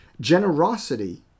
Generosity